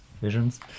visions